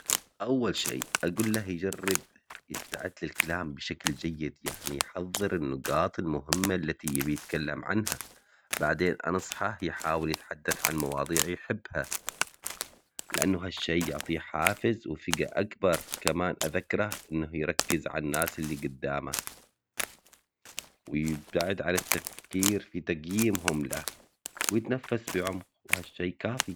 انا دايم اقول له ان التمرين ما لازم يكون مرهق. يبدأ بشي خفيف. ويزيد مع الوقت اقترح عليه يحط اهداف بسيطة. مثل يمشي او يسوي تمارين خفيفة كل يوم. اخذنا انه ممكن يسوي جدول او حتى او حتى يحط تفجير يومي عشان يلتزم واهم نصيحة انطيها? لا. انه يحاول يختار رياضة هو يحبها. عشان ما يحس انها واجب